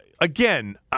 again